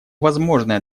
возможное